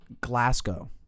Glasgow